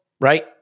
right